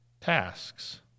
tasks